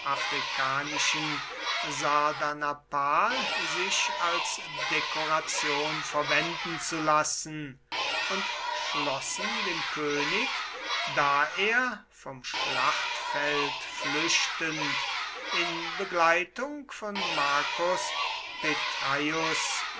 afrikanischen sardanapal sich als dekoration verwenden zu lassen und schlossen dem könig da er vom schlachtfeld flüchtend in begleitung von marcus petreius